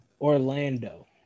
Orlando